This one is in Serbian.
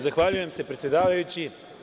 Zahvaljujem se predsedavajući.